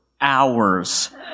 hours